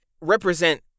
represent